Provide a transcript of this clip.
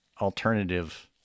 alternative